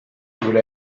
gure